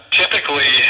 typically